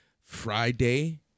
Friday